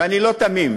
ואני לא תמים.